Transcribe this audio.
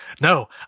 no